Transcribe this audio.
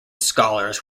scholars